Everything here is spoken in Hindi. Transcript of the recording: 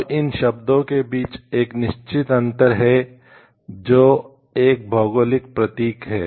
अब इन शब्दों के बीच एक निश्चित अंतर है जो एक भौगोलिक प्रतीक है